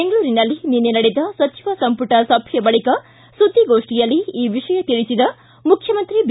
ಬೆಂಗಳೂರಿನಲ್ಲಿ ನಿನ್ನೆ ನಡೆದ ಸಚಿವ ಸಂಪುಟ ಸಭೆ ಬಳಕ ಸುದ್ದಿಗೋಷ್ಠಿಯಲ್ಲಿ ಈ ವಿಷಯ ತಿಳಿಸಿದ ಮುಖ್ಯಮಂತ್ರಿ ಬಿ